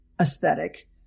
aesthetic